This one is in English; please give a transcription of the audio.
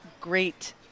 great